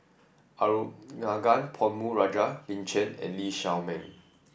Arumugam Ponnu Rajah Lin Chen and Lee Shao Meng